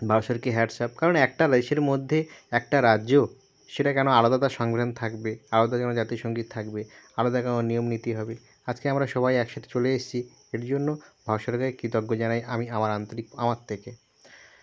ভারত সরকে hats off কারণ একটা দেশের মধ্যে একটা রাজ্য সেটা কেন আলাদা তার সংবিধান থাকবে আলাদা কেন জাতীয় সঙ্গীত থাকবে আলাদা কেন নিয়ম নীতি হবে আজকে আমরা সবাই একসাথে চলে এসছি এর জন্য ভারত সরকারকে কৃতজ্ঞ জানাই আমি আমার আন্তরিক আমার থেকে